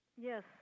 Yes